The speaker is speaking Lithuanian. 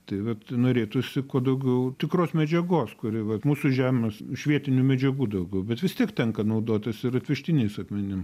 tai vat norėtųsi kuo daugiau tikros medžiagos kuri vat mūsų žemės iš vietinių medžiagų daugiau bet vis tiek tenka naudotis ir atvežtiniais akmenim